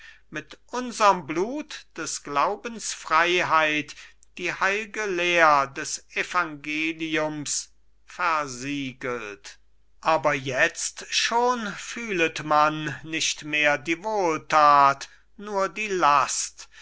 mit unserm blut des glaubens freiheit die heilge lehr des evangeliums versiegelt aber jetzt schon fühlet man nicht mehr die wohltat nur die last